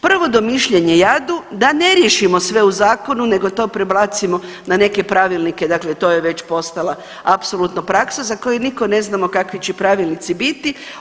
Prvo domišljanje jadu da ne riješimo sve u zakonu nego to prebacimo na neke pravilnike, dakle to je već postala apsolutno praksa za koju nitko ne znamo kakvi će pravilnici biti.